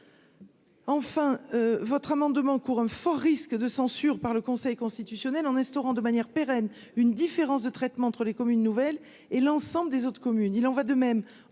Enfin, votre amendement court un fort risque de censure par le Conseil constitutionnel, en instaurant de manière pérenne, une différence de traitement entre les communes nouvelles et l'ensemble des autres communes, il en va de même